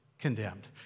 condemned